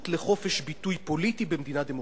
לחופש ביטוי פוליטי במדינה דמוקרטית.